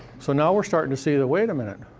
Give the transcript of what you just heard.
so now, we're starting to see that wait a minute.